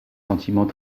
sentiments